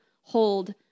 hold